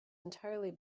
entirely